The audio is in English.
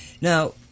Now